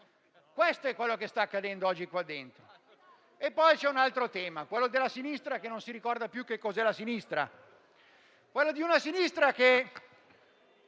Questo è quello che sta accadendo oggi qua dentro. C'è poi un altro tema, quello della sinistra che non si ricorda più che cos'è la sinistra e che, con la visione